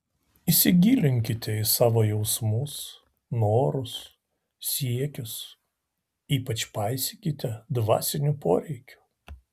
įsigilinkite į savo jausmus norus siekius ypač paisykite dvasinių poreikių